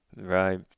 right